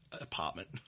apartment